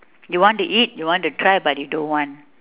you want to eat you want to try but you don't want